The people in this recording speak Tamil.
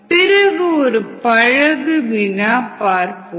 பிறகு ஒரு பழகு வினா பார்ப்போம்